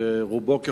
שרובו ככולו,